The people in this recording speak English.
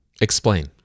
Explain